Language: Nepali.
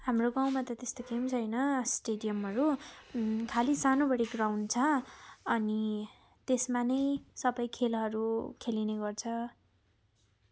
हाम्रो गाउँमा त त्यस्तो केही पनि छैन स्टेडियमहरू खालि सानोबढे ग्राउन्ड छ अनि त्यसमा नै सबै खेलहरू खेलिने गर्छ